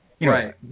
Right